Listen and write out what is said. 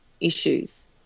issues